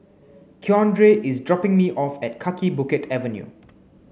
Keandre is dropping me off at Kaki Bukit Avenue